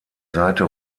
seite